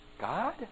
God